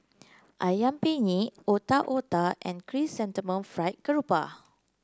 ayam penyet Otak Otak and Chrysanthemum Fried Grouper